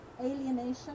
alienation